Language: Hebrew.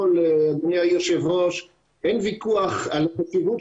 ראש בחובת